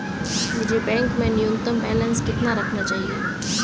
मुझे बैंक में न्यूनतम बैलेंस कितना रखना चाहिए?